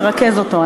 לרכז אותו.